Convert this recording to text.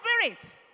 Spirit